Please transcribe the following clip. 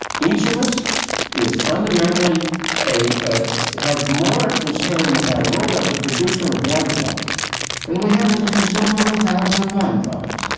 each of us is fundamentally ah has more concern with our role as a producer of one product than we have as a consumer of a thousand and one products.